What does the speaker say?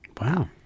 Wow